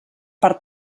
per